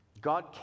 God